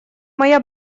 моя